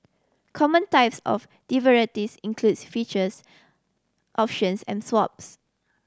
common types of derivatives includes futures options and swaps